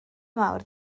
mawr